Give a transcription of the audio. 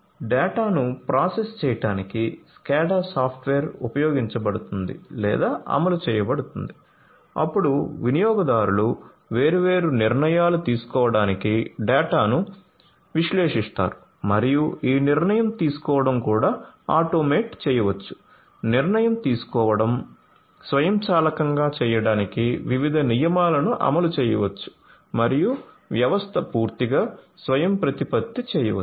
డేటాను ప్రాసెస్ చేయడానికి SCADA software ఉపయోగించబడుతుంది లేదా అమలు చేయబడుతుంది అప్పుడు వినియోగదారులు వేర్వేరు నిర్ణయాలు తీసుకోవడానికి డేటాను విశ్లేషిస్తారు మరియు ఈ నిర్ణయం తీసుకోవడం కూడా ఆటోమేట్ చేయవచ్చు నిర్ణయం తీసుకోవడం స్వయంచాలకంగా చేయడానికి వివిధ నియమాలను అమలు చేయవచ్చు మరియు వ్యవస్థ పూర్తిగా స్వయంప్రతిపత్తి చేయవచ్చు